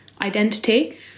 identity